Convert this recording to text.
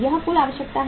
यह कुल आवश्यकता है